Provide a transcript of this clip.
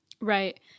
Right